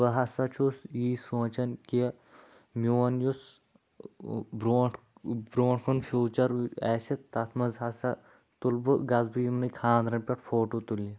بہٕ ہسا چھُس یی سونٛچان کہِ میون یُس برونٛٹھ برٛونٛٹھ کُن فیوٗچَر آسہِ تَتھ منٛز ہسا تُلہٕ بہٕ گژھٕ بہٕ یِمنٕے خاندرَن پٮ۪ٹھ فوٹو تُلنہِ